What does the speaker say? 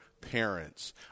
parents